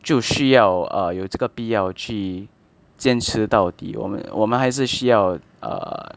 就需要 err 有这个必要去坚持到底我们我们还是需要 err